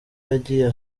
yagiye